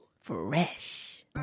Fresh